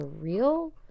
real